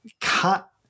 cut